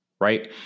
right